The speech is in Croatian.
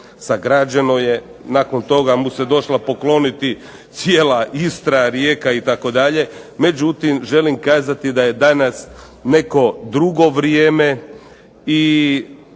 sagrađeno je, nakon toga mu se došla pokloniti cijela Istra, Rijeka itd., međutim, želim kazati da je danas neko drugo vrijeme i